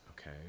okay